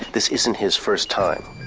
this isn't his first time,